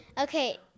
Okay